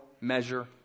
measure